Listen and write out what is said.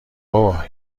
بابا